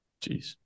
Jeez